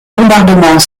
bombardement